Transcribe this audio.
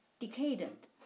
Decadent